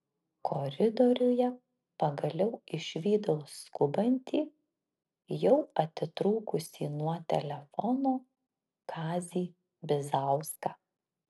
koridoriuje pagaliau išvydau skubantį jau atitrūkusį nuo telefono kazį bizauską